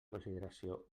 consideració